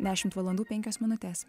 dešimt valandų penkios minutės